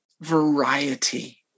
variety